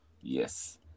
Yes